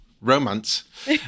romance